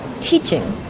teaching